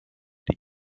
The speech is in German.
die